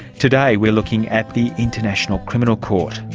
today we're looking at the international criminal court.